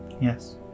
Yes